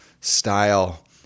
style